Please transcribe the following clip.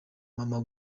mama